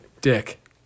Dick